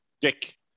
dick